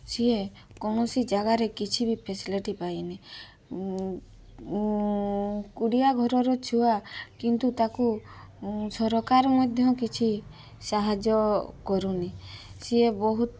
ସିଏ କୌଣସି ଜାଗାରେ କିଛି ବି ଫାଶିଲିଟି୍ ପାଇନି କୁଡ଼ିଆ ଘରର ଛୁଆ କିନ୍ତୁ ତାକୁ ସରକାର ମଧ୍ୟ କିଛି ସାହାଯ୍ୟ କରୁନି ସିଏ ବହୁତ